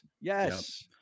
Yes